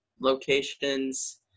locations